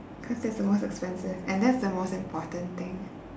cause that's the most expensive and that's the most important thing